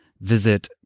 visit